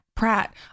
Pratt